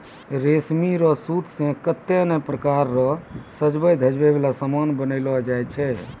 रेशमी रो सूत से कतै नै प्रकार रो सजवै धजवै वाला समान बनैलो जाय छै